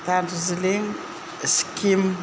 Darjeeling Sikkim